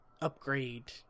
upgrade